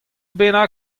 bennak